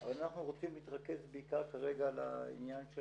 אבל אנחנו רוצים להתרכז כרגע על העניין של